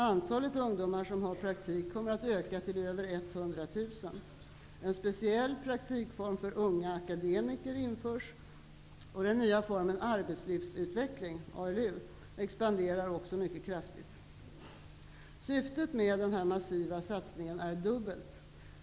Antalet ungdomar som har praktik kommer att öka till över 100 000. En speciell praktikform för unga akademiker införs, och den nya formen arbetslivsutveckling expanderar också mycket kraftigt. Syftet med denna massiva satsning är dubbelt.